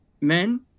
men